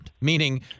meaning